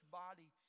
body